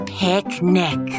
picnic